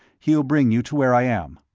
he'll bring you to where i am.